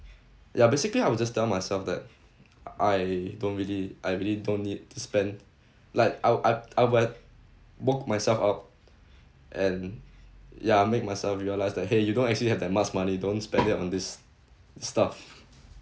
ya basically I would just tell myself that I don't really I really don't need to spend like I would I I would have woke myself up and ya make myself realize that !hey! you don't actually have that much money don't spend it on this stuff